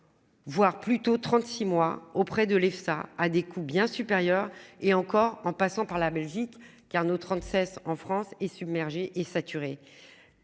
Voire plutôt 36 mois auprès de l'EFSA a des coûts bien supérieur et encore en passant par la Belgique car nos 37 en France est submergé est saturé.